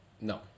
No